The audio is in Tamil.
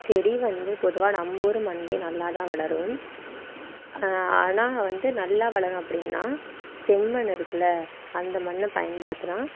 செடி வந்து பொதுவாக நம்ம ஊர் மண்ணிலே நல்லாதான் வளரும் ஆனால் வந்து நல்லா வளரும் அப்படின்னா செம்மண் இருக்குதுல அந்த மண்ணை பயன்படுத்துனால்